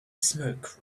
smoke